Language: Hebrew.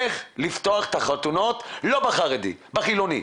איך לפתוח את החתונות, לא בחרדי, בחילוני.